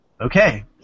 Okay